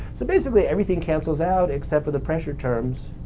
so basically, everything cancels out except for the pressure terms.